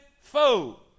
foe